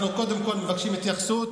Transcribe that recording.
אנחנו קודם כול מבקשים התייחסות